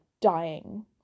dying